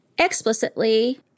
Explicitly